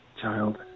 child